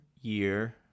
year